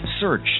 search